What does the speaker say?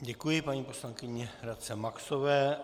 Děkuji paní poslankyni Radce Maxové.